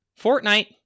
Fortnite